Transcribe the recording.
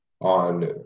on